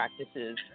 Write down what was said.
practices